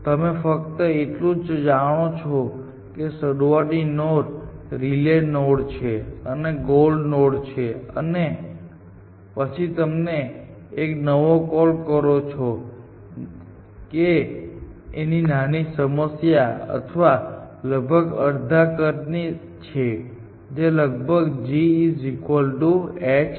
તમે ફક્ત એટલું જ જાણો છો કે શરૂઆતની નોડ છે રિલે નોડ છે અને ગોલ નોડ છે અને પછી તમે એક નવો કોલ કરો છો જે એક નાની સમસ્યા છે અથવા લગભગ અડધા કદની છે જે લગભગ g h બરાબર છે